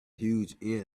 huge